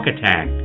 attack